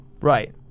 Right